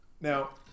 Now